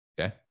Okay